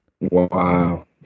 Wow